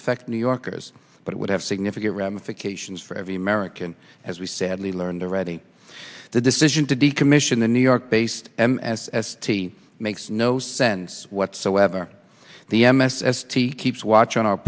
affect new yorkers but it would have significant ramifications for every american as we sadly learned the ready the decision to decommission the new york based m s s t makes no sense whatsoever the m s s t keeps watch on our